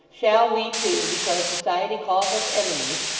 shall we two, because society calls us enemies,